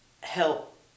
help